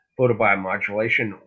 photobiomodulation